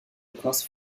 prince